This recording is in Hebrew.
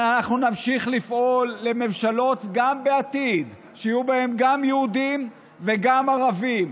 גם בעתיד נמשיך לפעול לממשלות שיהיו בהן גם יהודים וגם ערבים.